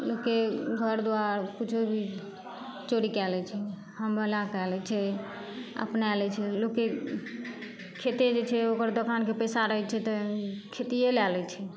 लोककेँ घर दुआर किछु भी चोरी कए लै छै हमबोला कए लै छै अपना लै छै लोककेँ खेते जे छै ओकर दोकानके पैसा रहै छै तहि खेतिये लए लै छै